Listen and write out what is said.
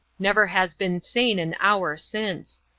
never has been sane an hour since.